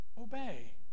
obey